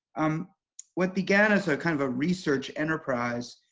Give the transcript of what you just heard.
um what began as a kind of a research enterprise